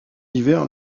hiver